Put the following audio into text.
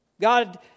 God